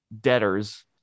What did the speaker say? debtors